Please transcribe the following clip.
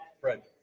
Fred